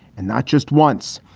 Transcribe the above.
and not just once.